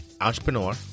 entrepreneur